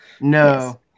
No